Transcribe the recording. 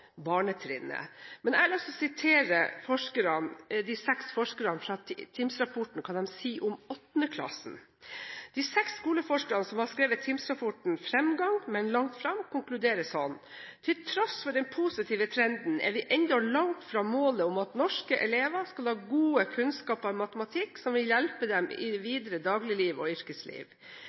de seks skoleforskerne som har skrevet TIMMS-rapporten Framgang, men langt fram, konkluderte med når det gjelder 8. klasse: «Til tross for den positive trenden er vi ennå langt fra målet om at norske elever skal ha gode kunnskaper i matematikk som vil hjelpe dem videre i dagligliv og yrkesliv.